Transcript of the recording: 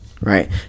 Right